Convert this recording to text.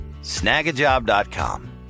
Snagajob.com